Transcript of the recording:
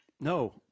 No